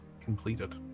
completed